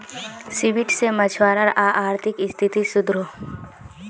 seaweed से मछुवारार अआर्थिक स्तिथि सुधरोह